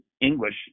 English